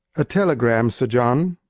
a telegram, sir john.